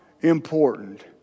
important